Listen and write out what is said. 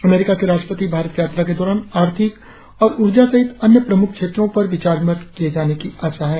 अमरीका के राष्ट्रपति भारत यात्रा के दौरान आर्थिक और ऊर्जा सहित अन्य प्रमुख क्षेत्रों पर विचार विमर्श किए जाने की आशा है